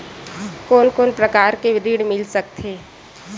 कोन कोन प्रकार के ऋण मिल सकथे?